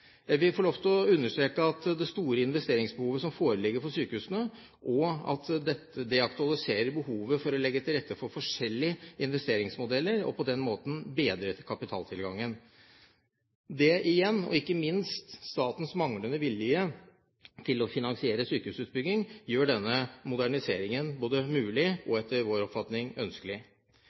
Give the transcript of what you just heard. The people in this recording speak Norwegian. Jeg vil få lov til å understreke det store investeringsbehovet som foreligger for sykehusene, og at det aktualiserer behovet for å legge til rette for forskjellige investeringsmodeller og på den måten bedre kapitaltilgangen. Det igjen, og ikke minst statens manglende vilje til å finansiere sykehusutbygging, gjør denne moderniseringen både mulig og etter vår oppfatning ønskelig.